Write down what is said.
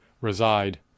reside